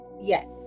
Yes